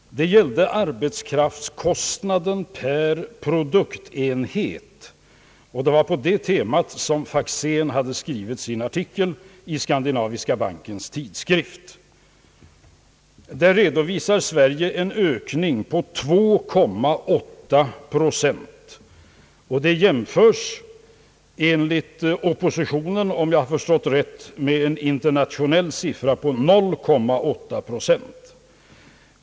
Det gällde arbetskraftskostnaden per produktenhet, och det var på det temat som Faxén hade skrivit sin artikel i Skandinaviska bankens tidskrift. Enligt den redovisar Sverige en ökning på 2,8 procent, som enligt oppositionen jämföres, om jag har förstått rätt, med en internationell siffra på 0,8 procent.